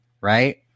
right